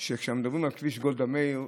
זה שכשמדברים על כביש גולדה מאיר,